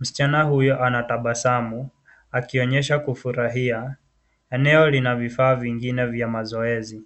Msichana huyo anatabasamu akionyesha kufurahia. Eneo lina vifaa vingine vya mazoezi.